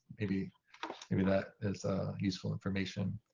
maybe maybe that is useful information.